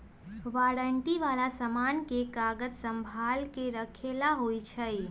warranty वाला समान के कागज संभाल के रखे ला होई छई